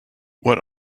what